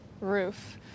roof